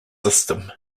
system